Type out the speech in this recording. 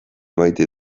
maite